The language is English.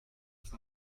for